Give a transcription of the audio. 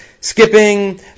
skipping